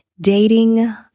Dating